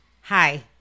hi